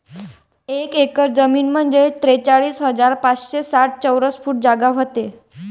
एक एकर जमीन म्हंजे त्रेचाळीस हजार पाचशे साठ चौरस फूट जागा व्हते